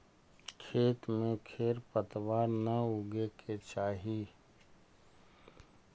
खेत में खेर पतवार न उगे के चाही